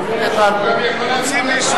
לי אם תצביע נגד אתה בעד השני.